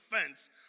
offense